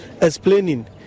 explaining